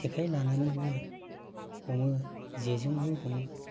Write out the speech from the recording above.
जेखाय लानानैबो हमो जेजोंबो हमो